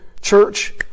church